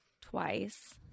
twice